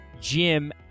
jim